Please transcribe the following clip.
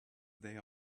they